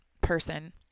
person